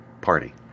Party